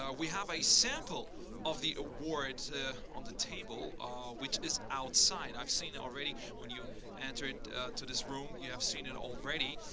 ah we have a sample of the awards on the table which is outside. i've seen already when you entered to this room you have seen it already.